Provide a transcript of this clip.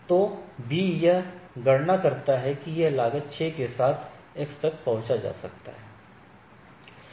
तो B यह गणना करता है कि यह लागत 6 के साथ X तक पहुंच सकता है